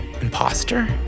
imposter